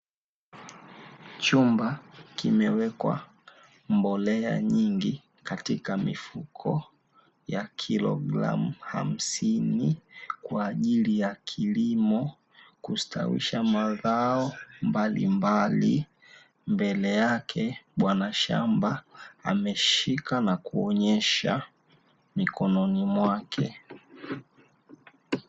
Chumba kimewekwa mbolea nyingi katika mifuko ya kilogramu hamsini kwaajili ya kilimo, kustawisha mazao mbalimbali mbele yake bwana shamba ameshika na kuonyesha mikononi mwake.